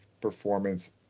performance